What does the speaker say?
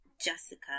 Jessica